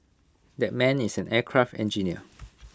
that man is an aircraft engineer